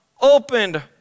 opened